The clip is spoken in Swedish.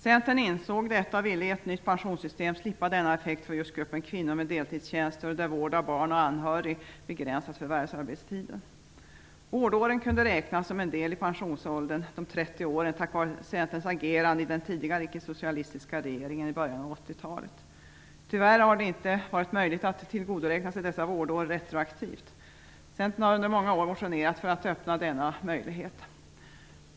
Centern insåg detta och ville i ett nytt pensionssystem slippa denna effekt för just gruppen kvinnor med deltidstjänster och där vård av barn och anhöriga begränsat förvärvsarbetstiden. Vårdåren kunde räknas som del av pensionsåldern, de 30 åren, tack vare Centerns agerande i den tidigare ickesocialistiska regeringen i början av 80 talet. Tyvärr har det inte varit möjligt att tillgodoräkna sig dessa vårdår retroaktivt. Centern har under många år motionerat för att öppna denna möjlighet.